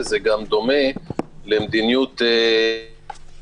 זה גם דומה למדיניות כמחלים,